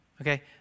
okay